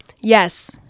Yes